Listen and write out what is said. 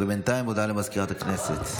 ובינתיים, הודעה לסגנית מזכיר הכנסת.